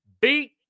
Beat